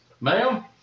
Ma'am